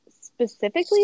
specifically